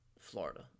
Florida